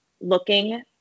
looking